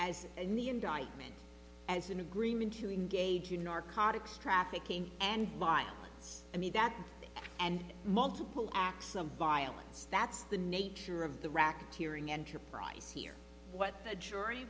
as in the indictment as an agreement to engage in narcotics trafficking and violence i mean that and multiple acts of violence that's the nature of the racketeering enterprise here what the jury